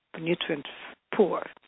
nutrient-poor